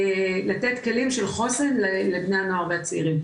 לתת כלים של חוסן לבני הנוער והצעירים,